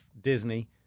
disney